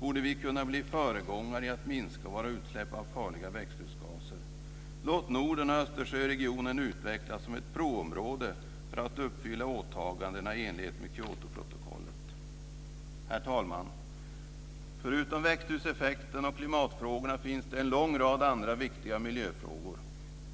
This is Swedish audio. borde vi kunna bli föregångare i att minska våra utsläpp av farliga växthusgaser. Låt Norden och Östersjöregionen utvecklas som ett provområde för att uppfylla åtagandena i enlighet med Kyotoprotokollet. Herr talman! Förutom växthuseffekten och klimatfrågorna finns det en lång rad andra viktiga miljöfrågor.